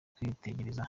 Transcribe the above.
kwitegereza